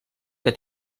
que